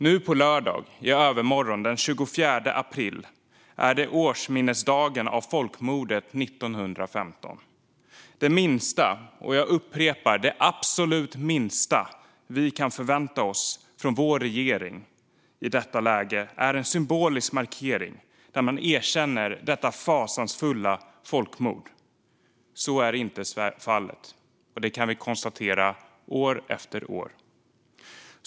Nu på lördag, i övermorgon, den 24 april är det årsminnesdagen av folkmordet 1915. Det minsta, och jag upprepar det absolut minsta, vi kan förvänta oss från vår regering i detta läge är en symbolisk markering som erkänner detta fasansfulla folkmord. Så är inte fallet, och det kan vi konstatera år efter år.